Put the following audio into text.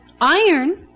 Iron